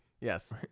Yes